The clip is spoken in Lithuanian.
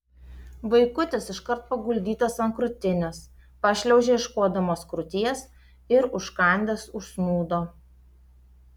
vaikutis iškart paguldytas ant krūtinės pašliaužė ieškodamas krūties ir užkandęs užsnūdo